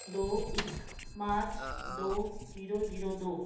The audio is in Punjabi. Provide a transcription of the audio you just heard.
ਦੋ ਇੱਕ ਮਾਰਚ ਦੋ ਜ਼ੀਰੋ ਜ਼ੀਰੋ ਦੋ